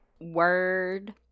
Word